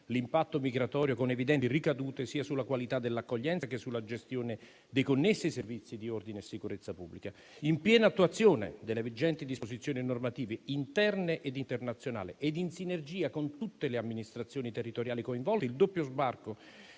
l'impatto migratorio, con evidenti ricadute sia sulla qualità dell'accoglienza che sulla gestione dei connessi servizi di ordine e sicurezza pubblica. In piena attuazione delle vigenti disposizioni normative interne e internazionali e in sinergia con tutte le amministrazioni territoriali coinvolte, il doppio sbarco